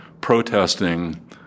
protesting